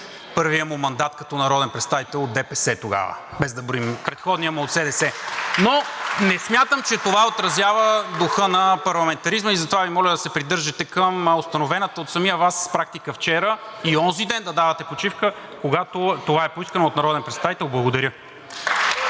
първият му мандат като народен представител от ДПС тогава, без да броим предходния му от СДС. (Ръкопляскания от „Продължаваме Промяната“.) Не смятам, че това отразява духа на парламентаризма. Затова Ви моля да се придържате към установената от самия Вас практика вчера и онзиден – да давате почивка, когато това е поискано от народен представител. Благодаря.